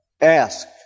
ask